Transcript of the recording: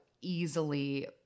easily